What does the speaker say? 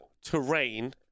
terrain